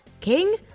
King